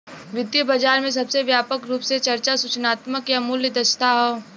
वित्तीय बाजार में सबसे व्यापक रूप से चर्चा सूचनात्मक या मूल्य दक्षता हौ